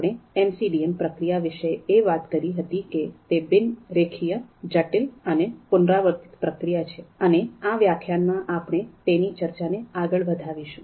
આપણે એમસીડીએમ પ્રક્રિયા વિશે એ વાત કરી હતી કે તે બિન રેખીય જટિલ અને પુનરાવર્તિત પ્રક્રિયા છે અને આ વ્યાખ્યાનમાં આપણે તે ચર્ચાને આગળ વધાવીશું